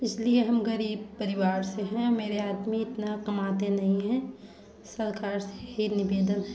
इसलिए हम गरीब परिवार से हैं मेरे आदमी इतना कमाते नही हैं सरकार से यही निवेदन है